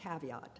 caveat